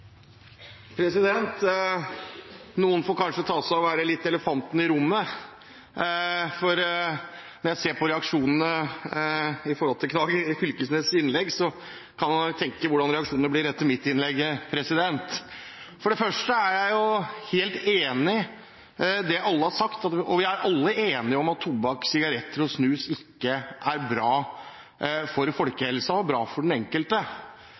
Noen får kanskje ta seg av å være elefanten i rommet. Når jeg ser reaksjonene på Knag Fylkesnes’ innlegg, kan jeg nok tenke meg hvordan reaksjonene blir etter mitt innlegg. For det første er jeg helt enig i det alle har sagt, og vi er alle enig om at tobakk, sigaretter og snus ikke er bra for folkehelsa eller for den enkelte.